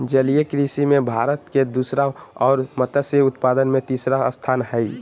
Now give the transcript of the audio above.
जलीय कृषि में भारत के दूसरा और मत्स्य उत्पादन में तीसरा स्थान हइ